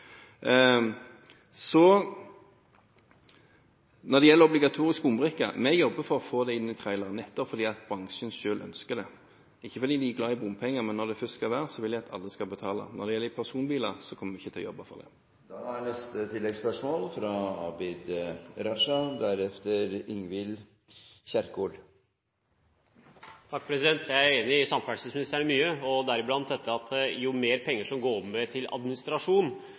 fordi bransjen selv ønsker det. Det er ikke fordi de er glade i bompenger, men når det først skal være, vil de at alle skal betale. Når det gjelder personbiler, kommer vi ikke til å jobbe for det. Abid Raja – til oppfølgingsspørsmål. Jeg er enig med samferdselsministeren i mye, deriblant i dette at jo mer av bompengene som går med til